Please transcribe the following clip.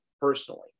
personally